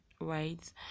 right